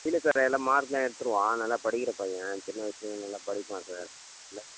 இல்லை சார் அதெல்லாம் மார்க்லாம் எடுத்துருவான் நல்லா படிக்கின்ற பையன் சின்ன வயசுலேருந்து நல்லா படிப்பான் சார் நல்லா